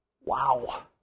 Wow